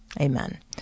Amen